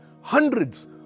Hundreds